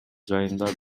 жайында